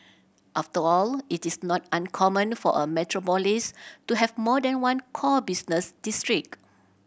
after all it is not uncommon for a metropolis to have more than one core business district